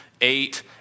eight